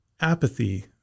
apathy